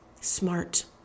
smart